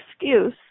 excuse